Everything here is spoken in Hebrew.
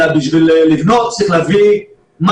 אלא גם בשביל לבנות צריך להביא מים,